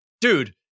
dude